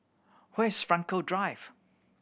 where's Frankel Drive